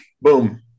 boom